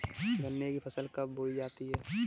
गन्ने की फसल कब बोई जाती है?